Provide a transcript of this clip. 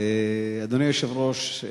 אדוני היושב-ראש,